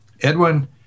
Edwin